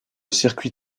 circuit